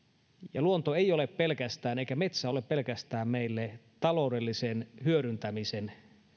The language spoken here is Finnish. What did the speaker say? ja luonto ei ole pelkästään eikä metsä ole pelkästään meille taloudellisen hyödyntämisen